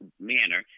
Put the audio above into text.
manner